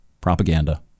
propaganda